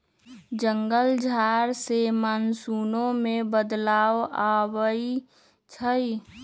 जंगल झार से मानसूनो में बदलाव आबई छई